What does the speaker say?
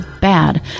Bad